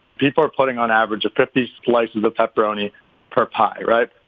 people are putting on average of fifty slices of pepperoni per pie, right?